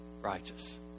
righteous